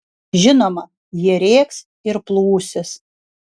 žinoma jie rėks ir plūsis